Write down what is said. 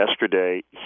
yesterday